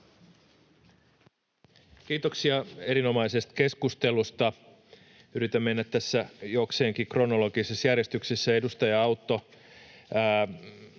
Kiitoksia erinomaisesta keskustelusta! Yritän mennä tässä jokseenkin kronologisessa järjestyksessä: Edustaja Autto: